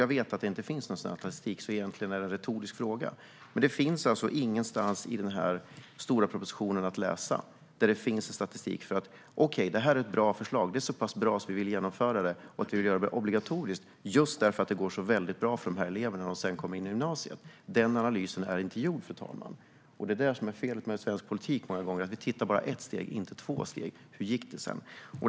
Jag vet att det inte finns någon sådan statistik, så egentligen är det en retorisk fråga. Det finns alltså ingenstans i den här stora propositionen någon statistik att läsa för att kunna säga okej, det här är ett bra förslag. Det är så pass bra att vi vill genomföra det och vill göra det obligatoriskt just för att det går så väldigt bra för de här eleverna på gymnasiet. Den analysen är inte gjord, fru talman, och det är det som många gånger är felet med svensk politik: Vi tittar bara ett steg och inte två för att se hur det gick sedan.